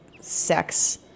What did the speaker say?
sex